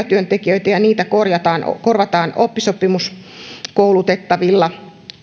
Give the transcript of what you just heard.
työntekijöitä ja korvataan heitä oppisopimuskoulutettavilla